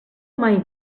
mai